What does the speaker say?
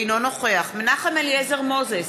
אינו נוכח מנחם אליעזר מוזס,